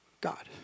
God